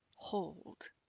Hold